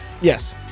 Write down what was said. yes